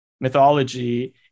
mythology